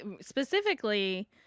Specifically